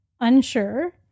unsure